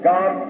God